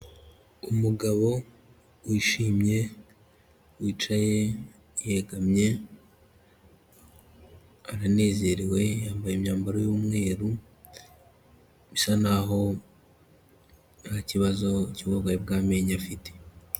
Umugabo wishimye, wicaye yegamye, aranezerewe yambaye imyambaro y'umweru, bisa n'aho nta kibazo cy'uburwayi bw'amenyo afite.